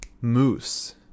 Moose